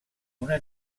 una